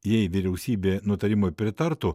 jei vyriausybė nutarimui pritartų